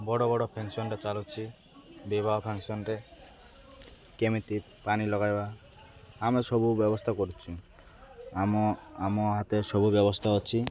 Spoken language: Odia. ବଡ଼ ବଡ଼ ଫଙ୍କସନ୍ରେ ଚାଲୁଛି ବିବାହ ଫଙ୍କସନ୍ରେ କେମିତି ପାଣି ଲଗାଇବା ଆମେ ସବୁ ବ୍ୟବସ୍ଥା କରୁଛୁ ଆମ ଆମ ହାତରେ ସବୁ ବ୍ୟବସ୍ଥା ଅଛି